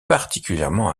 particulièrement